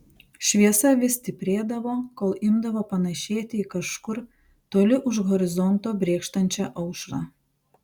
šviesa vis stiprėdavo kol imdavo panašėti į kažkur toli už horizonto brėkštančią aušrą